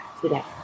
today